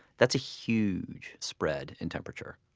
that's a huge spread in temperature.